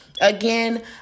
Again